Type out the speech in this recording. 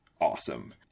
awesome